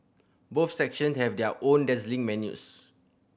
both section have their own dazzling menus